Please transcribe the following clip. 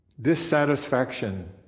Dissatisfaction